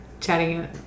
chatting